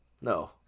No